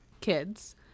kids